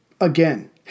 Again